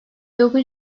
dokuz